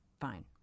fine